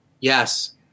Yes